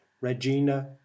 Regina